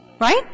Right